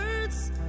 words